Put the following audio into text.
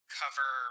cover